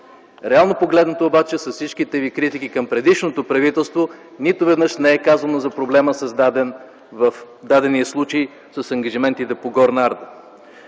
Реално погледнато обаче, с всичките ви критики към предишното правителство, нито веднъж не е казано за проблема, създаден в дадения случай с ангажиментите по „Горна Арда”.